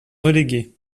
relégué